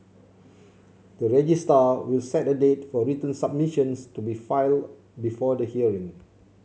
the registrar will set a date for written submissions to be filed before the hearing